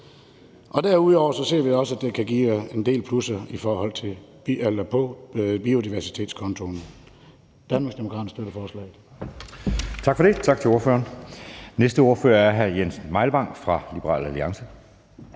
Derudover ser vi også, at det kan give en del plusser på biodiversitetskontoen. Danmarksdemokraterne støtter forslaget.